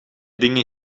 dingen